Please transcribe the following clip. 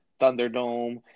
Thunderdome